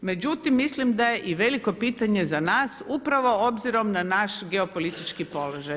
Međutim, mislim da je i veliko pitanje za nas upravo obzirom na naš geopolitički položaj.